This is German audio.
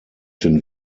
den